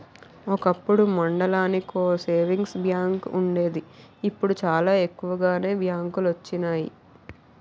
ఒకప్పుడు మండలానికో savings bank వుండేది ఇప్పుడు చాలా ఎక్కువగానే బ్యాంకులొచ్చినియి